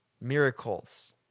Miracles